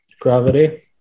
Gravity